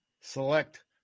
select